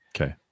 Okay